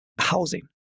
housing